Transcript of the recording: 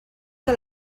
que